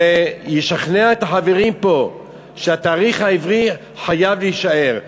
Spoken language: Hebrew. וישכנע את החברים פה שהתאריך העברי חייב להישאר.